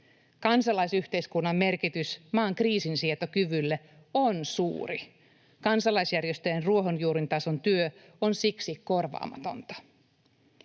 Kansalaisyhteiskunnan merkitys maan kriisinsietokyvylle on suuri. Kansalaisjärjestöjen ruohonjuuritason työ on siksi korvaamatonta.